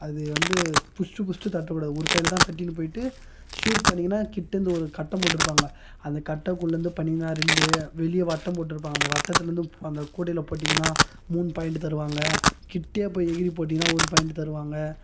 அது வந்து புடிச்ட்டு புடிச்ட்டு தட்ட கூடாது ஒரு கையில் தான் தட்டின்னு போயிட்டு ஷூட் பண்ணீங்கன்னா கிட்ட இருந்து ஒரு கட்டம் போட்டிருப்பாங்க அந்த கட்டக்குள்ள இருந்து பண்ணீங்கன்னா ரெண்டு வெளியே வட்டம் போட்டு இருப்பாங்க அந்த வட்டத்துலேருந்து அந்த கூடையில் போட்டீங்கன்னால் மூணு பாயிண்டு தருவாங்கள் கிட்டைடே போய் எகிறி போட்டீங்கன்னால் ஒரு பாயிண்டு தருவாங்கள்